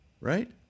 right